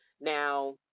Now